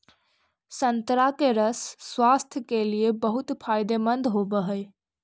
संतरा के रस स्वास्थ्य के लिए बहुत फायदेमंद होवऽ हइ